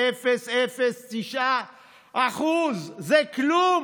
0.0009%. זה כלום.